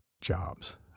jobs